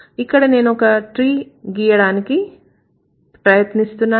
ఇక్కడ నేనొక ట్రీ గీయడానికి ప్రయత్నిస్తున్నాను